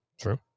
True